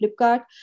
Flipkart